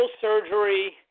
surgery